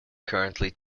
currently